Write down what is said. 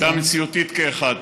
והמציאותית כאחד.